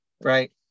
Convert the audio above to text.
right